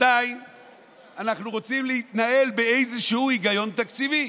2. אנחנו רוצים להתנהל באיזשהו היגיון תקציבי,